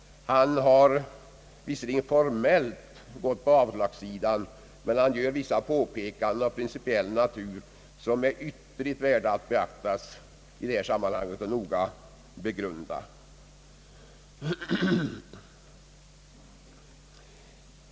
Han har visserligen formellt inte gått på avslagslinjen, men har gjort vissa påpekanden av principiell natur som är värda att noga begrundas i detta sammanhang.